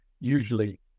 usually